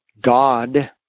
God